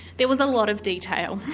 there was a lot of detail.